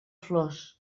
flors